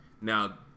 Now